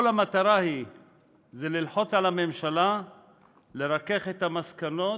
כל המטרה היא ללחוץ על הממשלה לרכך את המסקנות